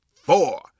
four